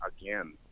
again